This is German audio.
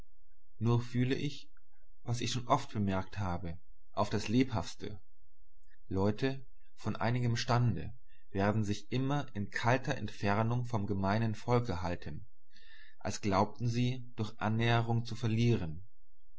nur fühlte ich was ich schon oft bemerkt habe auf das lebhafteste leute von einigem stande werden sich immer in kalter entfernung vom gemeinen volke halten als glaubten sie durch annäherung zu verlieren